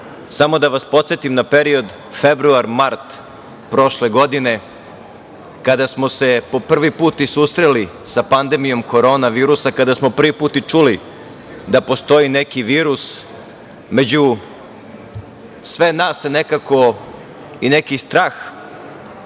samo da vas podsetim na period februar-mart prošle godine kada smo se prvi put i susreli sa pandemijom korona virusa, kada smo prvi put i čuli da postoji neki virus, među sve nas je nekako i neki strah